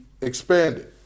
expanded